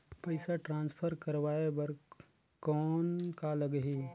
पइसा ट्रांसफर करवाय बर कौन का लगही?